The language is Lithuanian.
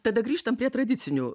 tada grįžtam prie tradicinių